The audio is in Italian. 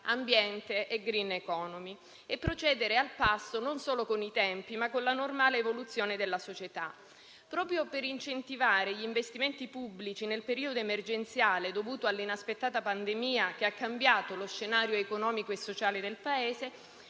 e della *green economy*, e per procedere al passo non solo con i tempi, ma anche con la normale evoluzione della società. Proprio per incentivare gli investimenti pubblici nel periodo emergenziale dovuto all'inaspettata pandemia, che ha cambiato lo scenario economico e sociale del Paese,